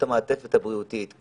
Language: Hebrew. המעטפת הבריאותית,